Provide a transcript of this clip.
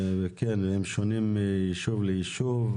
הסכומים שונים מיישוב ליישוב.